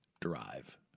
drive